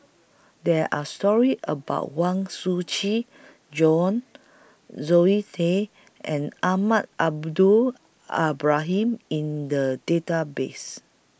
There Are stories about Huang Shiqi Joan Zoe Tay and Alma Al Ibrahim in The Database